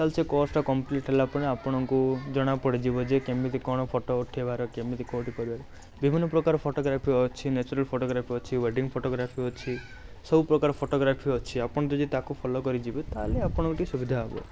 ତାହେଲେ ସେ କୋର୍ସଟା କମ୍ପ୍ଲିଟ୍ ହେଲା ପରେ ଆପଣଙ୍କୁ ଜଣା ପଡ଼ିଯିବ ଯେ କେମିତି କ'ଣ ଫଟୋ ଉଠେଇବାର କେମିତି କେଉଁଠି କରିବାର ବିଭିନ୍ନପ୍ରକାର ଫଟୋଗ୍ରାଫି ଅଛି ନ୍ୟାଚୁରାଲ୍ ଫଟୋଗ୍ରାଫି ଅଛି ୱେଡିଂ ଫଟୋଗ୍ରାଫି ଅଛି ସବୁପ୍ରକାର ଫଟୋଗ୍ରାଫି ଅଛି ଆପଣ ତ ଯଦି ତାକୁ ଫଲୋ କରିଯିବେ ତାହେଲେ ଆପଣଙ୍କୁ ଟିକିଏ ସୁବିଧା ହେବ